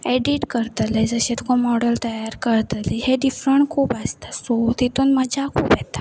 edit करतले जशें तुका मॉडल तयार करतले हें डिफरंट खूब आसता सो तितून मजा खूब येता